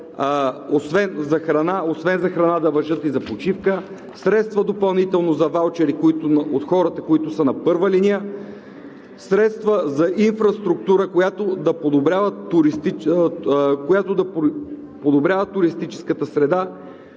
освен за храна да важат и за почивка; средства допълнително за ваучери за хората, които са на първа линия; средства за инфраструктура, която да подобрява туристическата среда,